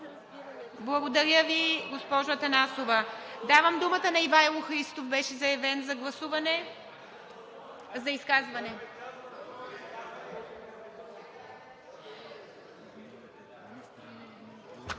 Благодаря Ви, госпожо Атанасова. Давам думата на Ивайло Христов – беше заявен, за изказване.